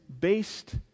based